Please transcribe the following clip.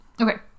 Okay